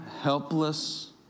helpless